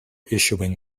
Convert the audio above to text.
issuing